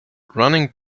running